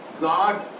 God